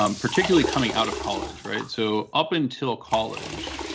um particularly coming out of college, right so up until college,